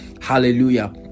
Hallelujah